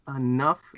enough